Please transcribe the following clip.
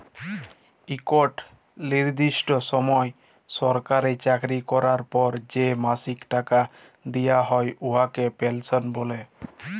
ইকট লিরদিষ্ট সময় সরকারি চাকরি ক্যরার পর যে মাসিক টাকা দিয়া হ্যয় উয়াকে পেলসল্ ব্যলে